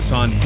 on